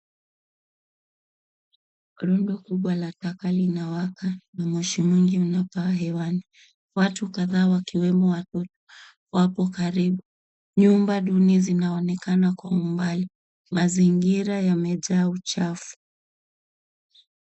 Rundo kubwa la taka linawaka na moshi mwingi unapaa hewani. Watu kadhaa wakiwemo watoto wapo karibu. Nyumba duni zinaonekana kwa umbali. Mazingira yamejaa uchafu.